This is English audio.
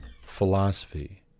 philosophy